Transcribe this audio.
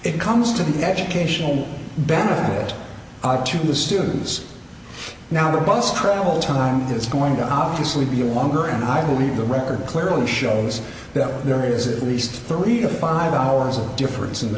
it comes to the educational benefit to the students now the bus travel time is going on obviously be longer and i believe the record clearly shows that there is a least three to five hours difference in the